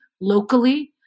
locally